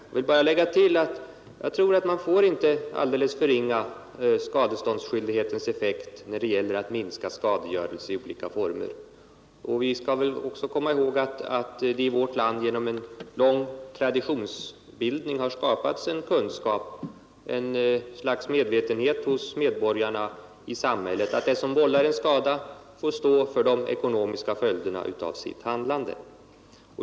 Jag vill till det jag förut sagt lägga till att man får inte förringa skadeståndsskyldighetens effekt när det gäller att minska skadegörelse i olika former. Vi skall väl också komma ihåg att det i vårt land genom en lång traditionsbildning har skapats en kunskap, ett slags medvetenhet hos medborgarna, att den som vållar en skada får står för de ekonomiska följderna av sitt handlande.